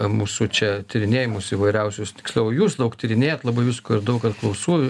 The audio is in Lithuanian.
mūsų čia tyrinėjimus įvairiausius tiksliau jūs daug tyrinėjat labai visko ir daug apklausų